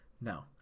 no